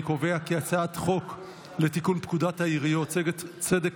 אני קובע כי הצעת חוק לתיקון פקודת העיריות (צדק